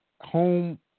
home